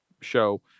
show